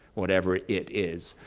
whatever it is.